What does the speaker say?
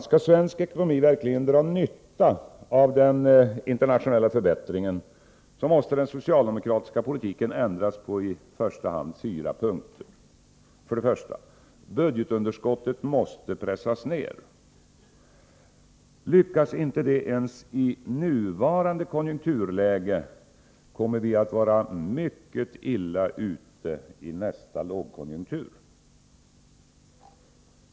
Skall svensk ekonomi verkligen dra nytta av den internationella förbättringen måste den socialdemokratiska politiken ändras på i första hand fyra områden. Budgetunderskottet måste pressas ner. Lyckas inte det ens i nuvarande konjunkturläge kommer vi att vara mycket illa ute i nästa lågkonjunktur.